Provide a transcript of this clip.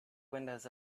windows